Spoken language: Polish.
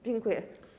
Dziękuję.